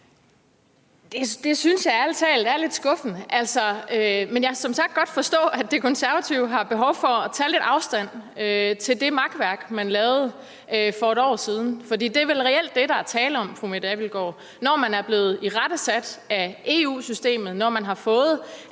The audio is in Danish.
Det synes jeg ærlig talt er lidt skuffende. Men jeg kan som sagt godt forstå, at De Konservative har behov for at tage lidt afstand til det makværk, man lavede for et år siden, for det er vel reelt det, der er tale om. Når man er blevet irettesat af EU-systemet, når man er kommet